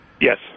Yes